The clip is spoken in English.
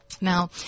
Now